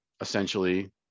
essentially